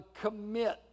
commit